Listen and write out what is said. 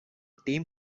team